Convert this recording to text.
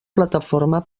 plataforma